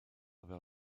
fel